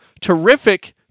Terrific